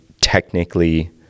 technically